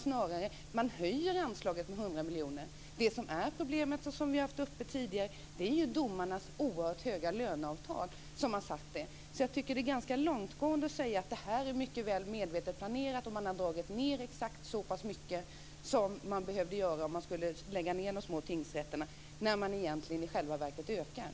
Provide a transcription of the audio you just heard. Snarare höjer man anslaget med 100 miljoner. Problemet, vilket vi haft uppe tidigare, är domarnas oerhört höga löneavtal. Därför tycker jag att det är ganska långtgående att säga att detta är medvetet planerat, att man har dragit ned exakt så mycket som man behövde göra om man skulle lägga ned de små tingsrätterna, när man egentligen i själva verket ökar.